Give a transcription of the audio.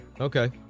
Okay